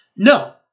No